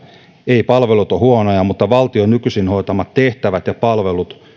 eivät palvelut ole huonoja mutta valtion nykyisin hoitamat tehtävät ja palvelut